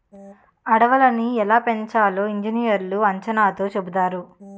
అడవులని ఎలా పెంచాలో ఇంజనీర్లు అంచనాతో చెబుతారు